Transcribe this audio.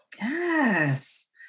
yes